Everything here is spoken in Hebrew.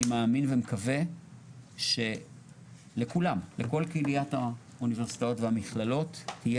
אני מאמין ומקווה שלכל קהיליית האוניברסיטאות והמכללות תהיה